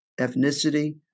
ethnicity